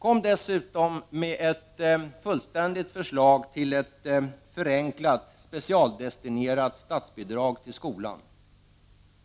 Vi i centerpartiet kräver också att regeringen lägger fram ett förslag om förenklade specialdestinerade statsbidrag till skolan.